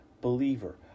believer